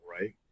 right